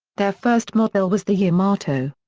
their first model was the yamato.